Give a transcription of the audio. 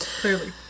Clearly